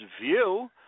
view